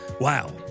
Wow